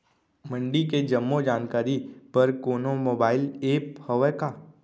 मंडी के जम्मो जानकारी बर कोनो मोबाइल ऐप्प हवय का?